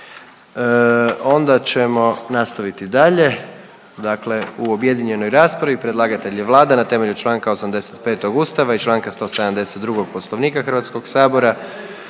Onda ćemo nastaviti dalje, dakle u objedinjenoj raspravi predlagatelj je Vlada na temelju čl. 85. Ustava i čl. 172. Poslovnika HS. Prigodom